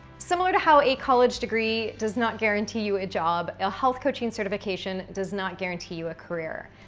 similar to how a college degree does not guarantee you a job a health coaching certification does not guarantee you a career.